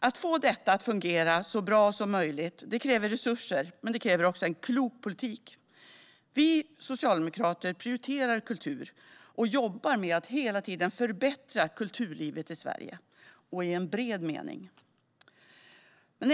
Att få detta att fungera så bra som möjligt kräver resurser och en klok politik. Vi socialdemokrater prioriterar kultur och jobbar med att hela tiden förbättra kulturlivet i Sverige, i en bred mening.